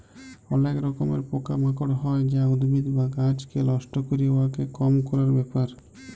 অলেক রকমের পকা মাকড় হ্যয় যা উদ্ভিদ বা গাহাচকে লষ্ট ক্যরে, উয়াকে কম ক্যরার ব্যাপার